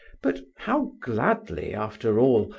but how gladly, after all,